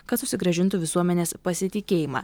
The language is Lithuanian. kad susigrąžintų visuomenės pasitikėjimą